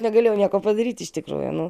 negalėjau nieko padaryt iš tikrųjų nu